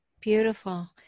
beautiful